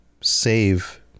save